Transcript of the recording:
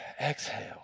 exhale